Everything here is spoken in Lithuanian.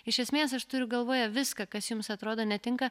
iš esmės aš turiu galvoje viską kas jums atrodo netinka